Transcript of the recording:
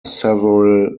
several